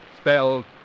spelled